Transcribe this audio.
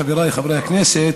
חבריי חברי הכנסת,